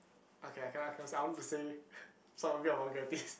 okay I cannot cannot say I want to say some of it are vulgarities